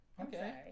Okay